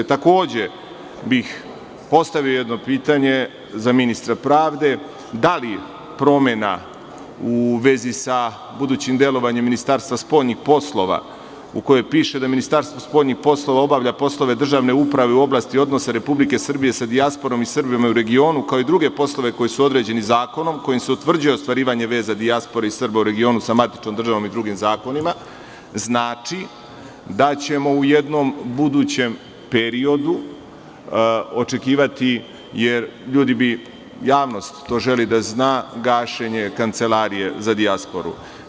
Takođe bih postavio jedno pitanje za ministra pravde – da li promena u vezi sa budućim delovanjem Ministarstva spoljnih poslova, u kojoj piše da Ministarstvo spoljnih poslova obavlja poslove državne uprave u oblasti odnosa Republike Srbije sa dijasporom i Srbima u regionu, kao i druge poslove koji su određeni zakonom, kojim se utvrđuje ostvarivanje veza dijaspore i Srba u regionu sa matičnom državom i drugim zakonima, znači da ćemo u jednom budućem periodu očekivati, jer javnost to želi da zna, gašenje Kancelarije za dijasporu?